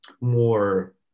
more